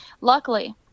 luckily